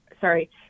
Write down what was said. Sorry